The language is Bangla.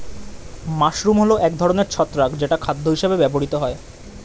মাশরুম হল এক ধরনের ছত্রাক যেটা খাদ্য হিসেবে ব্যবহৃত হয়